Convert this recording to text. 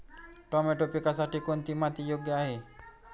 Tomato पिकासाठी कोणती माती योग्य आहे?